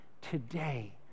today